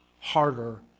harder